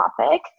topic